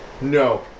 No